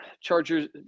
Chargers